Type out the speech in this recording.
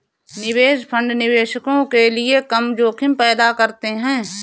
निवेश फंड निवेशकों के लिए कम जोखिम पैदा करते हैं